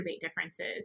differences